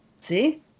See